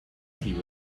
tree